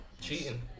cheating